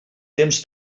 temps